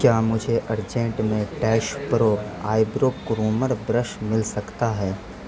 کیا مجھے ارجنٹ میں dash pro eyebrow chromer brush مل سکتا ہے